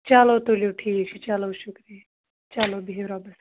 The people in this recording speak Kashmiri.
چلو تُلِو ٹھیٖک چھُ چلو شُکریہ چلو بِہِو رۄبَس حوال